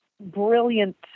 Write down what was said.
brilliant